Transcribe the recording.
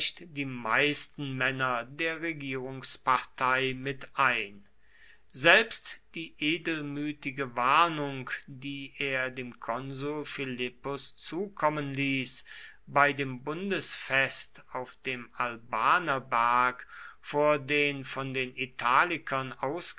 die meisten männer der regierungspartei mit ein selbst die edelmütige warnung die er dem konsul philippus zukommen ließ bei dem bundesfest auf dem albanerberg vor den von den italikern